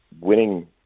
winning